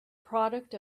product